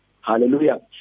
Hallelujah